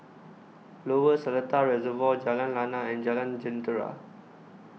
Lower Seletar Reservoir Jalan Lana and Jalan Jentera